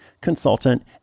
consultant